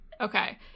okay